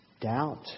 doubt